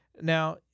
Now